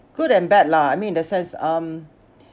good and bad lah I mean in the sense um